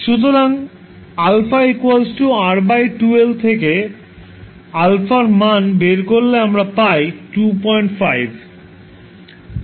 সুতরাং α R 2L থেকে α এর মান বের করলে আমরা পাই 25